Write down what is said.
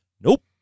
nope